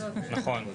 נו, כן.